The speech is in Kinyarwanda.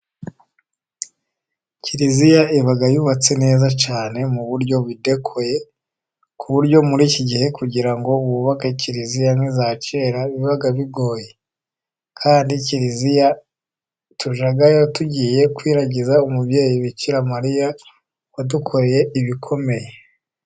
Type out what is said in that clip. Kiliziya iba yubatse neza cyane, mu buryo budekoye ku buryo muri iki gihe kugira ngo wubake kiliziya nkiza kera biba bigoye, kandi kiliziya tujyayo tugiye kwiragiza umubyeyi Bikira mariya, wadukoreye ibikomeye.